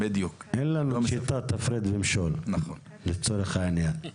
אין לנו שיטת הפרד ומשול, לצורך העניין.